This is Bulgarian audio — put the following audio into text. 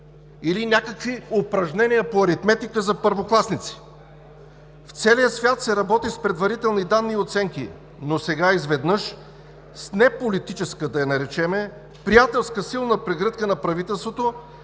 или някакви упражнения по аритметика за първокласници? В целия свят се работи с предварителни данни и оценки, но сега изведнъж с неполитическа – да я наречем – приятелска силна преградка на правителството